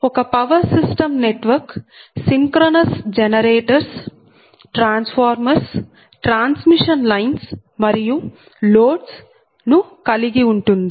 ఒక power system network synchronous generators transformers transmission lines మరియు loads కలిగి ఉంటుంది